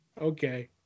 Okay